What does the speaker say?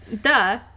duh